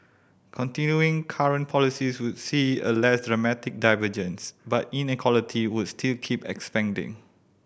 continuing current policies would see a less dramatic divergence but inequality would still keep expanding